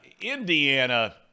Indiana